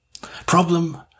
Problem